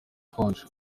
konji